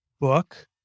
book